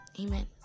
Amen